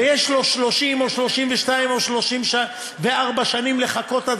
ויש לו 30 או 32 או 34 שנים לחכות עד